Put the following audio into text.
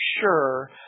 sure